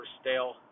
stale